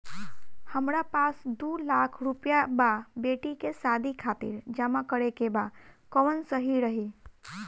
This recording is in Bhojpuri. हमरा पास दू लाख रुपया बा बेटी के शादी खातिर जमा करे के बा कवन सही रही?